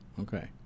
okay